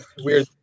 weird